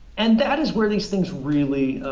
and that is where these things really